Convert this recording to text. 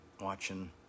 watching